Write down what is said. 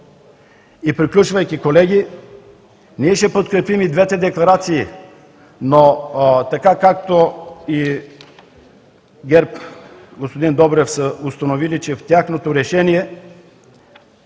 Приключвайки, колеги, ние ще подкрепим и двете декларации, но така, както и ГЕРБ, господин Добрев, са установили, че в тяхното решение